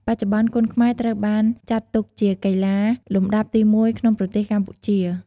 បច្ចុប្បន្ន គុនខ្មែរត្រូវបានចាត់ទុកជាកីឡាលំដាប់ទីមួយក្នុងប្រទេសកម្ពុជា។